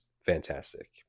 fantastic